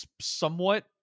somewhat